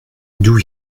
d’où